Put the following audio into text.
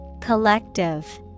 Collective